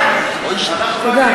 תמר,